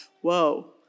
Whoa